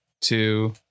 two